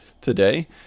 today